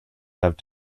have